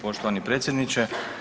Poštovani predsjedniče.